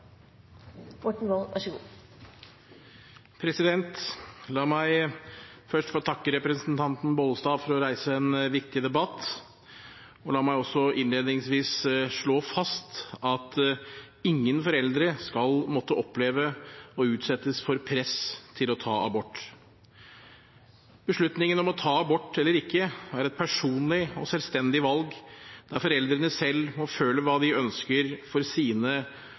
Bollestad for å reise en viktig debatt. Og la meg også innledningsvis slå fast at ingen foreldre skal måtte oppleve å utsettes for press til å ta abort. Beslutningen om å ta abort eller ikke er et personlig og selvstendig valg, der foreldrene selv må føle hva de ønsker for sine